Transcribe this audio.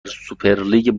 سوپرلیگ